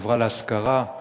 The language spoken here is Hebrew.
חברה להשכרה.